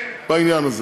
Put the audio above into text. אתם.